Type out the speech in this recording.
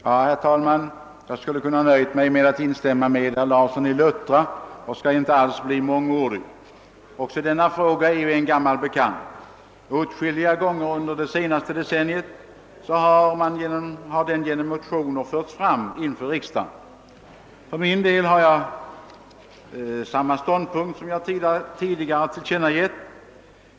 Herr talman! Jag skulle ha kunnat nöja mig med att instämma med herr Larsson i Luttra, och jag skall inte alls bli mångordig. Också denna fråga är ju en gammal bekant. Åtskilliga gånger under det senaste decenniet har den genom motioner förts fram i riksdagen. För min del har jag samma ståndpunkt som jag tidigare tillkännagett.